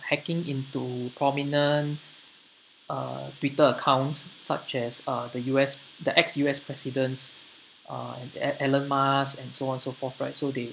hacking into prominent uh twitter accounts such as uh the U_S the ex-U_S presidents uh el~ elon musk and so on so forth right so they